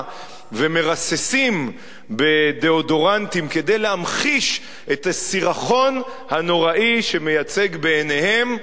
ומרססים בדאודורנטים כדי להמחיש את הסירחון הנוראי שמייצג בעיניהם,